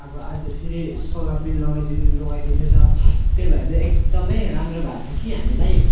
अब अझ फेरि सोलर पनि लगाइदिँदै लगाइदिँदैछ त्यही भएर चाहिँ एकदम राम्रो भएको छ कि हामीलाई